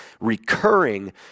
recurring